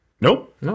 Nope